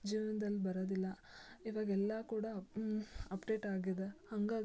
ಜೀವನ್ದಲ್ಲಿ ಬರೋದಿಲ್ಲ ಇವಾಗ ಎಲ್ಲ ಕೂಡ ಅಪ್ಡೇಟ್ ಆಗಿದೆ ಹಾಗಾಗಿ